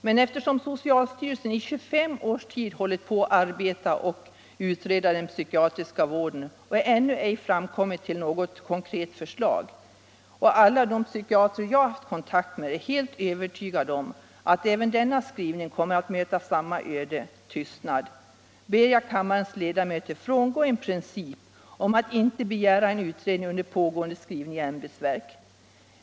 Men eftersom socialstyrelsen i 25 års tid hållit på att utreda den psykiatriska vården och ännu ej kommit fram till något konkret förslag och eftersom alla de psykiatrer som jag haft kontakt med är helt övertygade om att även denna skrivning kommer att möta samma öde, tystnad, ber jag kammarens ledamöter frångå en princip om att inte begära utredning under pågående skrivning i ämbetsverk.